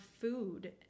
food